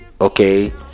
Okay